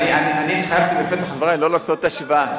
אני התחייבתי בפתח דברי לא לעשות השוואה.